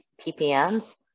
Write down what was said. PPMs